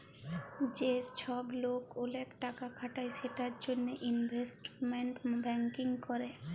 যে চ্ছব লোক ওলেক টাকা খাটায় সেটার জনহে ইলভেস্টমেন্ট ব্যাঙ্কিং ক্যরে